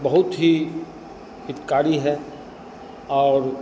बहुत ही हितकारी है और